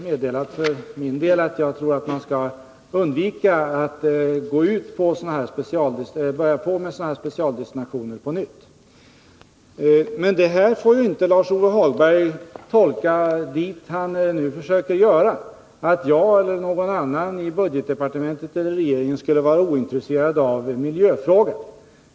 Jag har för min del sagt att jag tror att man skall undvika att på nytt göra specialdestinationer. Men detta får inte Lars-Ove Hagberg tolka som han nu försöker göra — att jag eller någon annan i budgetdepartementet eller regeringen skulle vara ointresserad av miljöfrågan.